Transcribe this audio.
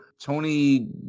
Tony